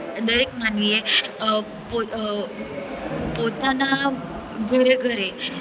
દરેક માનવીએ પોતાના ઘરે ઘરે